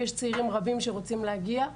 יש צעירים רבים שרוצים להגיע,